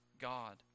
God